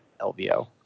LVO